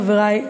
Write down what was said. חברי,